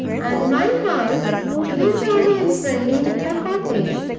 and my house to be jolly and friendly with your cottage.